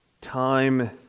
Time